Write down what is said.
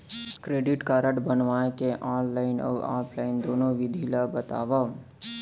Credit card बनवाए के online अऊ ऑफलाइन दुनो विधि ला बतावव?